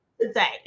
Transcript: today